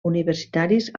universitaris